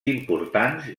importants